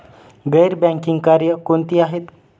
गैर बँकिंग कार्य कोणती आहेत?